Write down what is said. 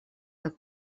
так